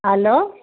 hello